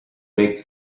makes